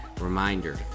Reminder